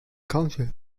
council